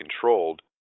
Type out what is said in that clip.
controlled